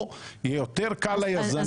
יהיה הרבה יותר קל ליזמים האלה להיכנס.